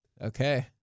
Okay